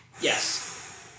Yes